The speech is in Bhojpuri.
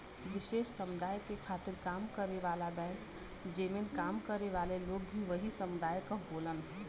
विशेष समुदाय के खातिर काम करे वाला बैंक जेमन काम करे वाले लोग भी वही समुदाय क होलन